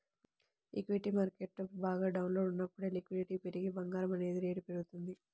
equity market బాగా డౌన్లో ఉన్నప్పుడు లిక్విడిటీ పెరిగి బంగారం అనేది రేటు పెరుగుతుంది